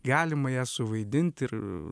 galima ją suvaidint ir